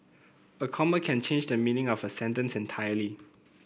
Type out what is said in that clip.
a comma can change the meaning of a sentence entirely